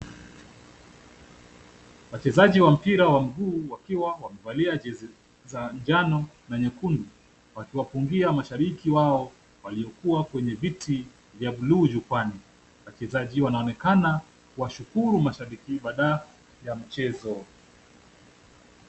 Wachezaji wa mpira wa mguu wakiwa wamevalia jezi za njano na nyekundu wakiwapungia mashabiki wao waliokuwa kwenye viti vya buluu jukwani. Wachezaji wanaonekana kuwashukuru mashabiki baada ya michezo.